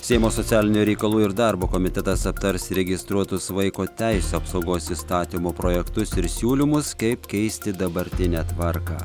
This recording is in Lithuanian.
seimo socialinių reikalų ir darbo komitetas aptars įregistruotus vaiko teisių apsaugos įstatymo projektus ir siūlymus kaip keisti dabartinę tvarką